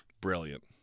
Brilliant